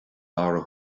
dara